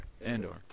Andor